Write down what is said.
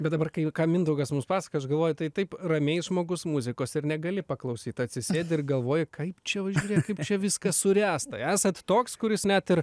bet dabar kai mindaugas mums pasakoja aš galvoju tai taip ramiai žmogus muzikos ir negali paklausyt atsisėdi ir galvoji kaip čia va ir kaip čia viskas suręsta esat toks kuris net ir